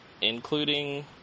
including